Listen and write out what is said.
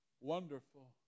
wonderful